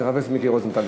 של חבר הכנסת רוזנטל.